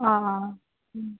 অঁ অঁ